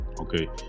okay